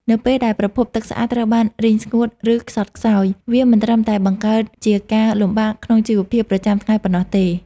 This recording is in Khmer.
នៅពេលដែលប្រភពទឹកស្អាតត្រូវបានរីងស្ងួត ឬខ្សត់ខ្សោយ វាមិនត្រឹមតែបង្កើតជាការលំបាកក្នុងជីវភាពប្រចាំថ្ងៃប៉ុណ្ណោះទេ។